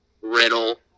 Riddle